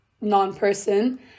non-person